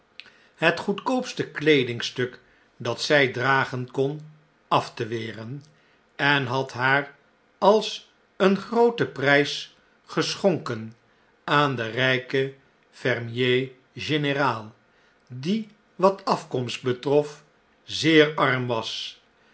het goedkoopste kleedingstuk dat zij dragen kon af te weren en had haar als een grooten prijs geschonken aan den rijken fermier general die wat afkomst betrof zeer arm was